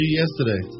yesterday